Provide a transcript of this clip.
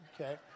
Okay